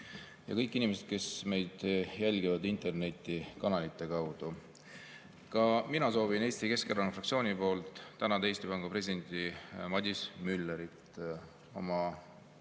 ja kõik inimesed, kes meid jälgivad internetikanalite kaudu! Soovin ka Eesti Keskerakonna fraktsiooni poolt tänada Eesti Panga presidenti Madis Müllerit